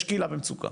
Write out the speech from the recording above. יש קהילה במצוקה.